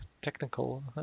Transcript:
technical